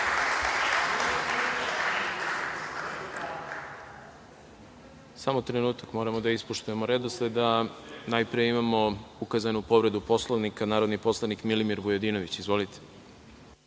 trenutak moramo da ispoštujemo redosled, a najpre imamo ukazanu povredu poslovnika, narodni poslanik Milimir Vujadinović. Izvolite.